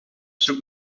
zoek